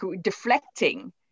deflecting